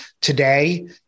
today